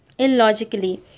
illogically